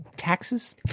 Taxes